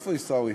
איפה עיסאווי?